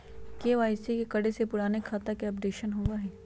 KYC करें से पुराने खाता के अपडेशन होवेई?